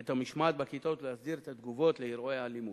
את המשמעת בכיתות ולהסדיר את התגובות על אירועי האלימות.